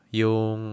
yung